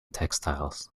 textiles